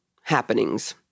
happenings